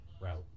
Route